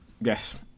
Yes